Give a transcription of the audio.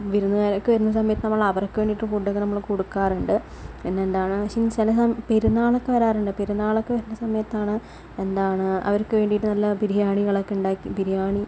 വിരുന്നുകാരൊക്കെ വരുന്ന സമയത്ത് നമ്മൾ അവർക്ക് വേണ്ടിയിട്ട് ഫുഡ്ഡൊക്കെ നമ്മൾ കൊടുക്കാറുണ്ട് പിന്നെ എന്താണെന്നു വെച്ചാൽ ചില സമയം പെരുന്നാളൊക്കെ വരാറുണ്ട് പെരുന്നാളൊക്കെ വരുന്ന സമയത്താണ് എന്താണ് അവർക്ക് വേണ്ടിയിട്ട് നല്ല ബിരിയാണികളൊക്കെ ഉണ്ടാക്കി ബിരിയാണി